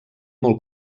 molt